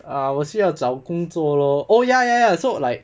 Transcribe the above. err 我需要找工作 lor oh ya ya ya so like